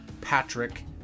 Patrick